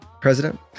president